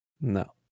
No